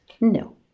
No